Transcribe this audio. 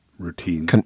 Routine